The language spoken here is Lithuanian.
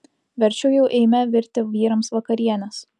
verčiau jau eime virti vyrams vakarienės